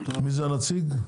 מי זה הנציג?